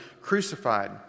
crucified